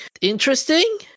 interesting